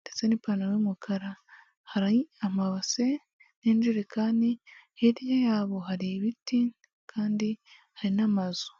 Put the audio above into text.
ndetse n'ipantaro y'umukara, hari amabase n'injerekani, hirya y'abo hari ibiti kandi hari n'amazu.